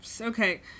okay